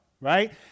right